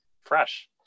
fresh